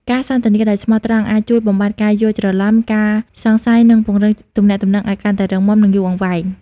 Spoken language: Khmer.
ការសន្ទនាដោយស្មោះត្រង់អាចជួយបំបាត់ការយល់ច្រឡំ ការសង្ស័យ និងពង្រឹងទំនាក់ទំនងឱ្យកាន់តែរឹងមាំ និងយូរអង្វែង។